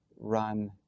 run